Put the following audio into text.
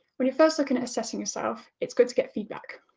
when you're first looking at assessing yourself, it's good to get feedback.